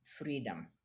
freedom